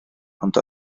ond